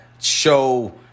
show